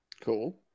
Cool